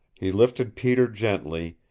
he lifted peter gently,